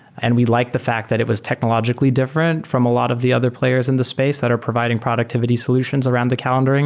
and we like the fact that it was technologically different from a lot of the other players in the space that are providing productivity solutions around the calendaring